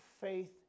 faith